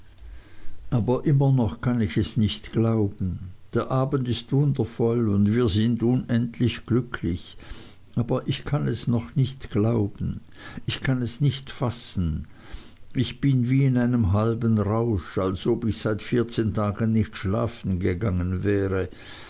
aber immer noch kann ich es nicht glauben der abend ist wundervoll und wir sind unendlich glücklich aber ich kann es noch nicht glauben ich kann es nicht fassen ich bin wie in einem halben rausch als ob ich seit vierzehn tagen nicht schlafen gegangen wäre